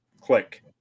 click